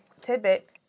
tidbit